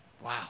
Wow